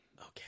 Okay